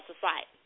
society